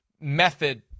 method